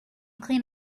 clean